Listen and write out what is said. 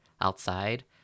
outside